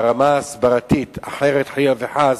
ברמה ההסברתית, אחרת, חלילה וחס,